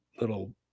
little